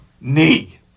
Knee